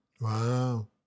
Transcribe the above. Wow